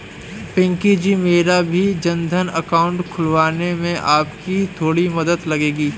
पिंकी जी मेरा भी जनधन अकाउंट खुलवाने में आपकी थोड़ी मदद लगेगी